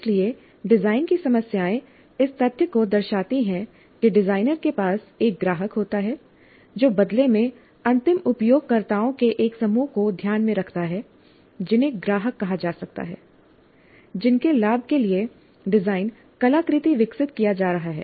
इसलिए डिज़ाइन की समस्याएं इस तथ्य को दर्शाती हैं कि डिज़ाइनर के पास एक ग्राहक होता है जो बदले में अंतिम उपयोगकर्ताओं के एक समूह को ध्यान में रखता है जिन्हें ग्राहक कहा जा सकता है जिनके लाभ के लिए डिजाइन कलाकृति विकसित किया जा रहा है